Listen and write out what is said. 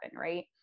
right